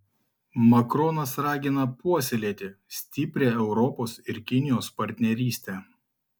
makronas ragina puoselėti stiprią europos ir kinijos partnerystę